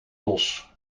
los